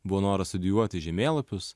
buvo noras studijuoti žemėlapius